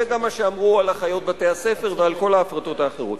זה גם מה שאמרו על אחיות בתי-הספר ועל כל ההפרטות האחרות.